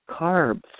carbs